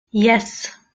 yes